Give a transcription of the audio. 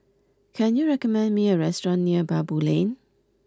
can you recommend me a restaurant near Baboo Lane